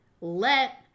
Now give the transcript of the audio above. let